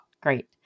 Great